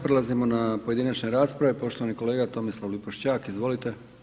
Prelazimo na pojedinačne rasprave, poštovani kolega Tomislav Lipošćak, izvolite.